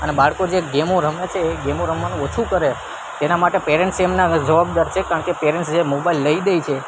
અને બાળકો જે ગેમો રમે છે એ ગેમો રમવાનું ઓછું કરે એના માટે પેરેન્ટ્સ એમના જવાબદાર છે કારણ કે પેરેન્ટ્સ જે મોબાઈલ લઈ દે છે